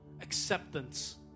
acceptance